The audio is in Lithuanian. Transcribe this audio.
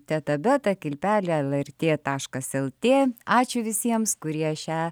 teta beta kilpelė lrt taškas lt ačiū visiems kurie šią